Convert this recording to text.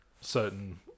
certain